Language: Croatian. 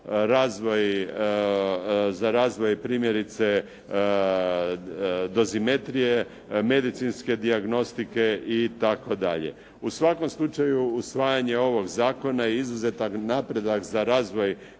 razvoj, za razvoj primjerice dozimetrije, medicinske dijagnostike i tako dalje. U svakom slučaju usvajanje ovog zakona je izuzetan napredak za razvoj